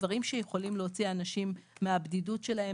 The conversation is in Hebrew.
דברים שיכולים להוציא אנשים מהבדידות שלהם,